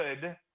good